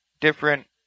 different